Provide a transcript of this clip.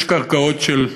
יש קרקעות של רשויות,